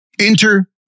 Enter